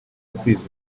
gukwiza